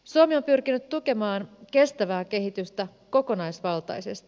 suomi on pyrkinyt tukemaan kestävää kehitystä kokonaisvaltaisesti